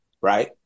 right